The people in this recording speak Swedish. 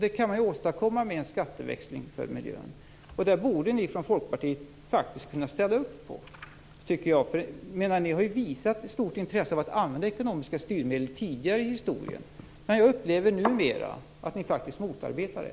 Det kan man åstadkomma med en skatteväxling för miljön. Det borde ni från Folkpartiet faktiskt kunna ställa upp på, tycker jag. Ni har ju visat stort intresse för att använda ekonomiska styrmedel tidigare i historien. Men jag upplever numera att ni faktiskt motarbetar det.